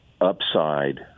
upside